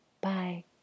Bye